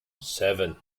seven